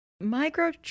micro